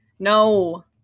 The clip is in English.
No